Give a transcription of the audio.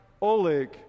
Oleg